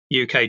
UK